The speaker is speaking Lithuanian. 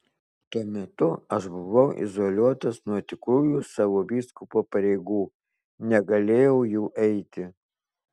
tuo metu aš buvau izoliuotas nuo tikrųjų savo vyskupo pareigų negalėjau jų eiti